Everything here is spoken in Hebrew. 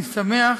אני שמח